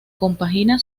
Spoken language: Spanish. compagina